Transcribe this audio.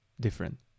different